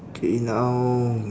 K now